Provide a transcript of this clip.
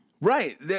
Right